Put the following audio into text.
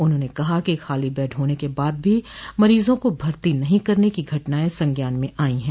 उन्होंने कहा कि खाली बेड होने के बाद भी मरीजों को भर्ती नहीं करने की घटनाएं संज्ञान में आई है